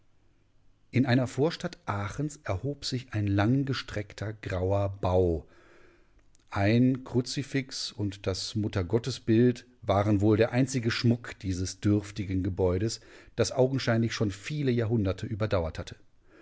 in einer vorstadt aachens erhob sich ein langgestreckter grauer bau ein kruzifix und das muttergottesbild waren wohl der einzige schmuck dieses dürftigen gebäudes das augenscheinlich schon viele jahrhunderte überdauert hatte